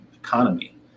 economy